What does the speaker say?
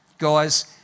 Guys